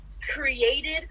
created